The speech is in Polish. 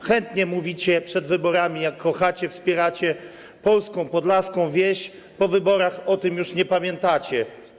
Chętnie mówicie przed wyborami, jak kochacie, wspieracie polską, podlaską wieś, a po wyborach już o tym nie pamiętacie.